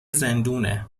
زندونه